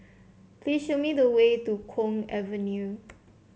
please show me the way to Kwong Avenue